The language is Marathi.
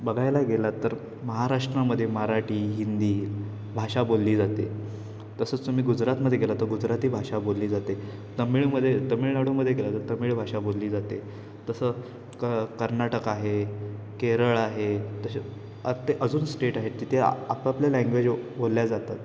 बघायला गेलात तर महाराष्ट्रामध्ये मराठी हिंदी भाषा बोलली जाते तसंच तुम्ही गुजरातमध्ये गेला तर गुजराती भाषा बोलली जाते तमिळमध्ये तमिळनाडूमध्ये गेला तर तमिळ भाषा बोलली जाते तसं क कर्नाटक आहे केरळ आहे तसे अत्ये अजून स्टेट आहेत तिथे आपापले लँग्वेज बोलल्या जातात